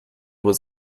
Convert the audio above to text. was